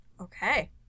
Okay